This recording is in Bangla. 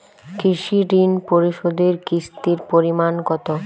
কৃষি ঋণ পরিশোধের কিস্তির পরিমাণ কতো?